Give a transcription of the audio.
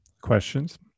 questions